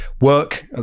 work